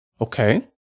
Okay